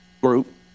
group